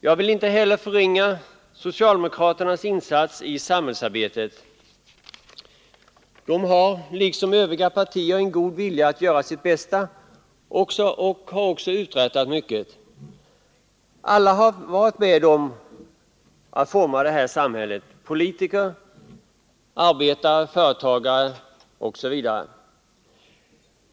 Jag vill inte heller förringa socialdemokraternas insats i samhällsarbetet. De har liksom övriga partier en god vilja att göra sitt bästa, och de har också uträttat mycket. Alla har varit med om att forma det här samhället — politiker, arbetare, företagare osv.